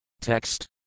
Text